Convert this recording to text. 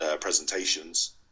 presentations